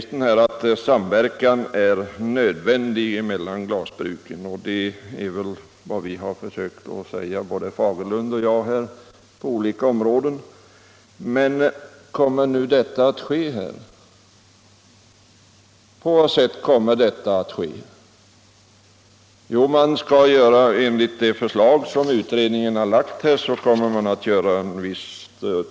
Samverkan mellan glasbruken är nödvändig, sade industriministern, och det har väl både herr Fagerlund och jag försökt göra klart här. Men kommer det att bli en sådan samverkan? På vilket sätt kommer man i så fall att samverka? Enligt det förslag som utredningen har lagt skall en total strukturplan utarbetas.